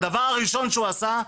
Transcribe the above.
הדבר הראשון שהוא עשה,